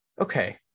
Okay